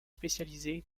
spécialisé